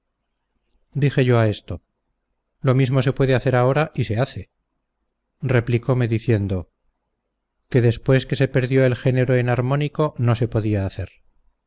dije yo a esto lo mismo se puede hacer ahora y se hace replicome diciendo que después que se perdió el género enarmónico no se podía hacer